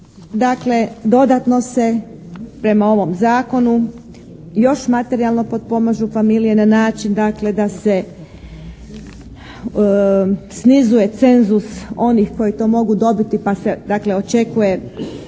dakle dodatno se prema ovom zakonu još materijalno potpomažu familije na način dakle da se snizuje cenzus onih koji to mogu dobiti pa se dakle